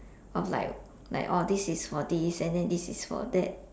of like like oh this is for this and then this is for that